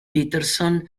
peterson